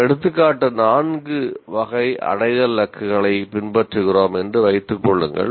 நாம் எடுத்துக்காட்டு 4 வகை அடைதல் இலக்குகளை பின்பற்றுகிறோம் என்று வைத்துக் கொள்ளுங்கள்